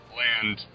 land